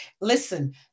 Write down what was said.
Listen